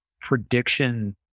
prediction